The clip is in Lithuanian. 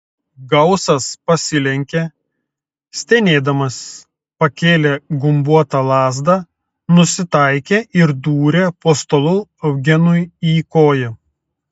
gausas pasilenkė stenėdamas pakėlė gumbuotą lazdą nusitaikė ir dūrė po stalu eugenui į koją